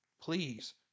Please